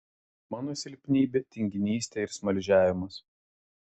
mano silpnybė tinginystė ir smaližiavimas